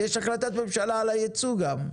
יש החלטת ממשלה על הייצוא גם.